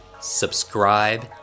subscribe